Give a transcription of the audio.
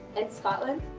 and scotland?